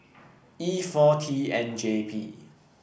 E four T N J P